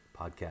podcast